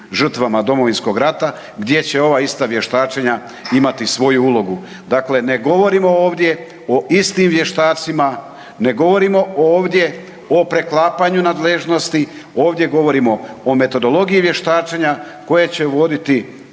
žrtvama Domovinskog rata gdje će ova ista vještačenja imati svoju ulogu. Dakle, ne govorimo ovdje o istim vještacima, ne govorimo ovdje o preklapanju nadležnosti. Ovdje govorimo o metodologiji vještačenja koje će provoditi